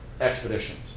expeditions